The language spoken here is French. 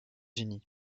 unis